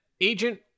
Agent